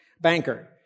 banker